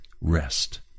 rest